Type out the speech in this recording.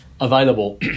available